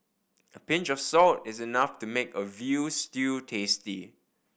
a pinch of salt is enough to make a veal stew tasty